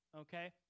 okay